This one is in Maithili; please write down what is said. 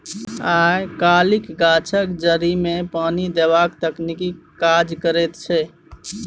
आय काल्हि गाछक जड़िमे पानि देबाक तकनीक काज करैत छै